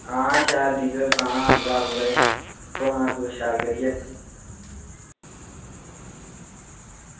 आं शैल डीजल फिराना अंदरा पूरे धोना पूरे शैल करियै